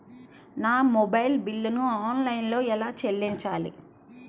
నా మొబైల్ బిల్లును ఆన్లైన్లో ఎలా చెల్లించాలి?